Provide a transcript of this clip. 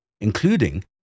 including